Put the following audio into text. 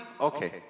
Okay